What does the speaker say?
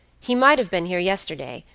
he might have been here yesterday,